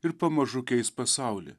ir pamažu keis pasaulį